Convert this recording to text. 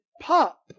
pop